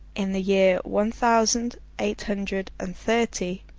in the year one thousand eight hundred and thirty,